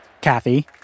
Kathy